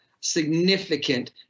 significant